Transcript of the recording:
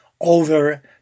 over